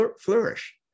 flourish